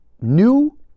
new